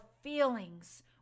feelings